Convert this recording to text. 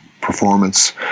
performance